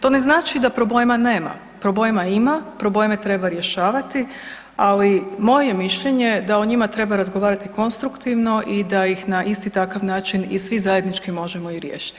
To ne znači da problema nema, problema ima, probleme treba rješavati, ali moje je mišljenje da o njima treba razgovarati konstruktivno i da ih na isti takav način i svi zajednički možemo i riješiti.